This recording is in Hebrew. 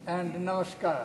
הסימולטני:)